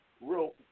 real